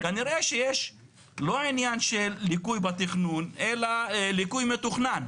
כנראה שיש לא עניין של ליקוי בתכנון אלא ליקוי מתוכנן